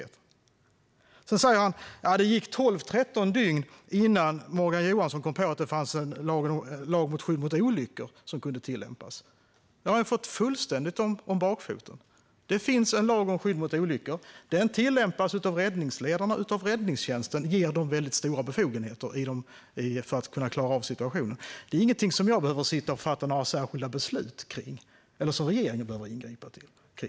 Vidare säger han att det gick tolv tretton dygn innan Morgan Johansson kom på att det fanns en lag om skydd mot olyckor som kunde tillämpas. Det har han fullständigt fått om bakfoten. Det finns en lag om skydd mot olyckor. Den tillämpas av räddningsledarna och räddningstjänsten och ger dem väldigt stora befogenheter för att klara av situationer. Det är ingenting som jag behöver fatta några särskilda beslut om eller som regeringen behöver ingripa för.